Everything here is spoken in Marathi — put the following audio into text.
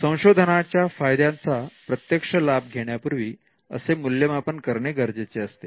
संशोधनांच्या फायद्यांचा प्रत्यक्ष लाभ घेण्यापूर्वी असे मूल्यमापन करणे गरजेचे असते